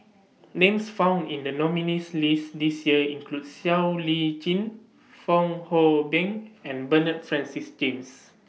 Names found in The nominees' list This Year include Siow Lee Chin Fong Hoe Beng and Bernard Francis James